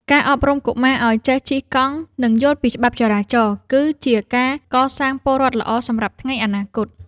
ការអប់រំកុមារឱ្យចេះជិះកង់ និងយល់ពីច្បាប់ចរាចរណ៍ គឺជាការកសាងពលរដ្ឋល្អសម្រាប់ថ្ងៃអនាគត។